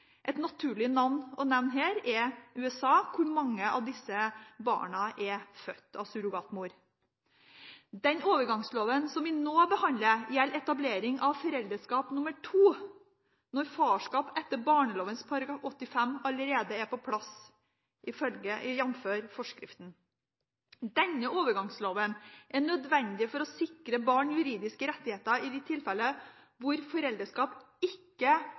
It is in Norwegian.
Et naturlig land å nevne her er USA, hvor mange av disse barna er født av surrogatmor. Den overgangsloven vi nå behandler, gjelder etablering av foreldreskap nr. 2, når farskap etter barneloven § 85 allerede er på plass, jf. forskriften. Denne overgangsloven er nødvendig for å sikre barn juridiske rettigheter i de tilfeller hvor foreldreskap ikke